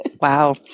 Wow